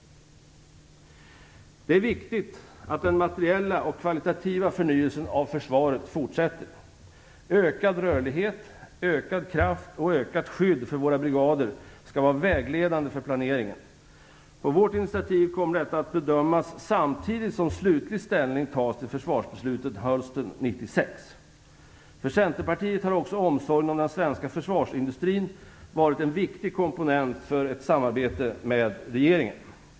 Det är viktigt att den materiella och kvalitativa förnyelsen av försvaret fortsätter. Ökad rörlighet, ökad kraft och ökat skydd för våra brigader skall vara vägledande för planeringen. På vårt initiativ kommer detta att bedömas samtidigt som slutlig ställning tas till försvarsbeslutet hösten 1996. För Centerpartiet har också omsorgen om den svenska försvarsindustrin varit en viktig komponent för ett samarbete med regeringen.